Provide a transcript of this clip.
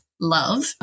love